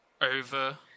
over